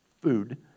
food